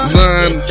nine